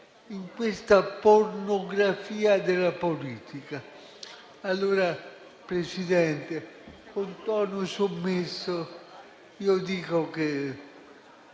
in questa pornografia della politica? Allora, Presidente, con tono sommesso dico che,